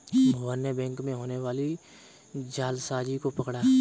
मोहन ने बैंक में होने वाली जालसाजी को पकड़ा